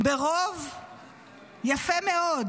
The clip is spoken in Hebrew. ברוב יפה מאוד,